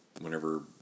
whenever